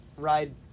ride